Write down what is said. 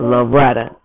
Loretta